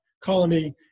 Colony